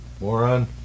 moron